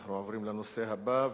אנחנו עוברים לנושא הבא,